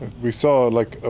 we saw, like, ah